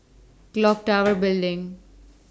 Clock Tower Building